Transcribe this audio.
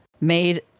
made